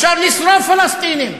אפשר לשרוף פלסטינים,